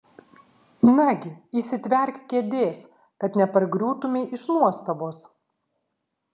nagi įsitverk kėdės kad nepargriūtumei iš nuostabos